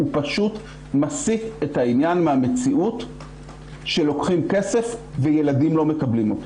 פשוט מסית את העניין מהמציאות שלוקחים כסף והילדים לא מקבלים אותו.